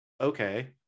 okay